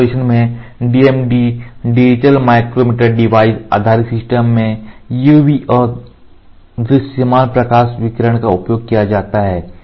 mask projection में DMD digital micrometer device आधारित system में UV और दृश्यमान प्रकाश विकिरण का उपयोग किया जाता है